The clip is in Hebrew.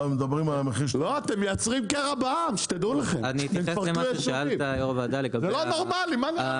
לא, אתם מייצרים קרע בעם, שתדעו לכם זה לא נורמלי.